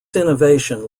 innovation